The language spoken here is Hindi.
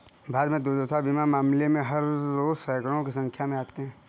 भारत में दुर्घटना बीमा मामले हर रोज़ सैंकडों की संख्या में आते हैं